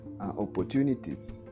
opportunities